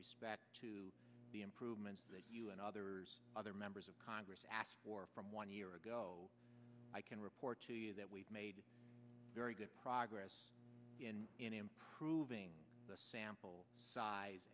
respect to the improvements and others other members of congress asked for from one year ago i can report to you that we've made very good progress in improving the sample size